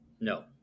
No